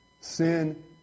Sin